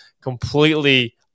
completely